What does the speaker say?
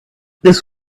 this